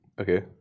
okay